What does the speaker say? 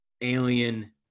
alien